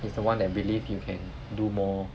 he's the one that believe you can do more